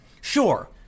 Sure